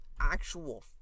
actual